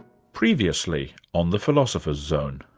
previously on the philosopher's zone.